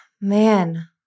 man